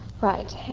Right